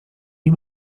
nie